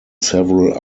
several